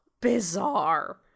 bizarre